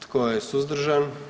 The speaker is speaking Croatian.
Tko je suzdržan?